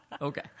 Okay